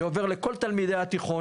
זה עובר לכל תלמידי התיכון,